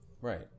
Right